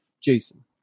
Jason